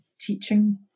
teaching